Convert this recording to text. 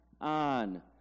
on